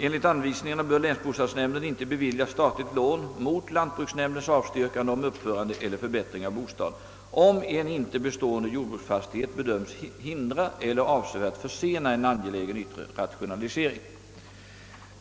Enligt anvisningarna bör länsbostadsnämnden inte bevilja statligt lån mot lantbruksnämndens avstyrkande om uppförande eller förbättring av bostad om en inte bestående <jordbruksfastighet bedömts hindra eller avsevärt försena en angelägen yttre rationalisering.